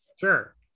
Sure